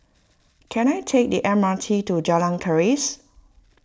can I take the M R T to Jalan Keris